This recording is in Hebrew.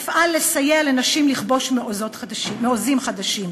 אפעל לסייע לנשים לכבוש מעוזים חדשים.